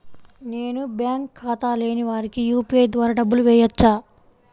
నేను బ్యాంక్ ఖాతా లేని వారికి యూ.పీ.ఐ ద్వారా డబ్బులు వేయచ్చా?